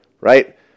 Right